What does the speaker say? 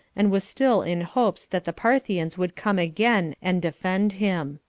and was still in hopes that the parthians would come again and defend him.